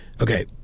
Okay